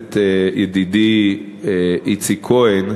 הכנסת ידידי איציק כהן,